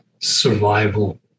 survival